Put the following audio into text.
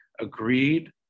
agreed